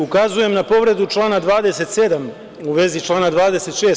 Ukazujem na povredu člana 27. u vezi član 26.